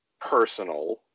personal